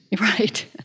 Right